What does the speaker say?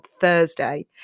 Thursday